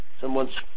Someone's